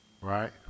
right